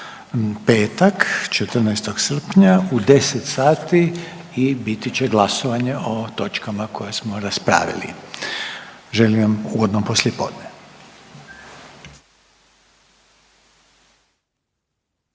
petak, 14. srpnja u 10 sati i biti će glasovanje o točkama koje smo raspravili. Želim vam ugodno poslijepodne.